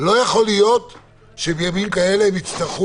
לא יכול להיות שבימים כאלה הם יצטרכו